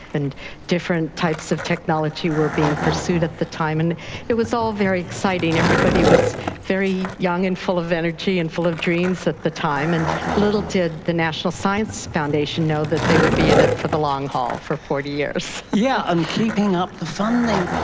and different types of technology were being pursued at the time. and it was all very exciting. everybody was very young and full of energy and full of dreams at the time. and little did the national science foundation know that they would be in it for the long haul, for forty years. yes, yeah and keeping up the funding.